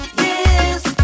yes